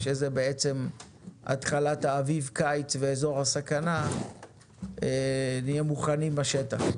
כשזה בעצם התחלת האביב-קיץ ואזור הסכנה ונהיה מוכנים בשטח.